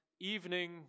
evening